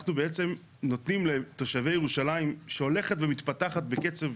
אנחנו בעצם נותנים לתושבי ירושלים שהולכת ומתפתחת בקצב,